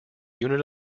unit